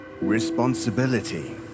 Responsibility